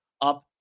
up